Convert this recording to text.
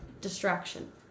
distraction